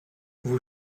vous